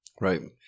Right